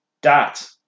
dot